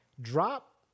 Drop